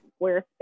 Squarespace